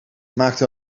maakte